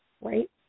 right